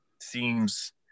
seems